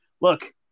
look